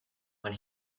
when